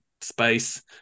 space